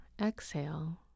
exhale